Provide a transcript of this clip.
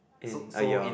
in a year